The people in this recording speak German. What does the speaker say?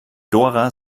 dora